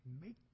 make